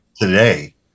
today